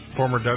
former